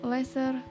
Lesser